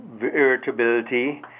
irritability